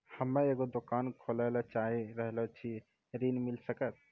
हम्मे एगो दुकान खोले ला चाही रहल छी ऋण मिल सकत?